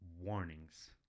warnings